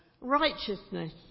righteousness